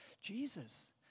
Jesus